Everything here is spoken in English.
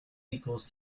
equals